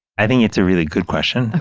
i think it's a really good question.